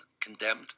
condemned